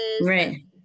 right